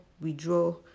withdraw